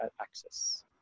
Access